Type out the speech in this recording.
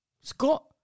Scott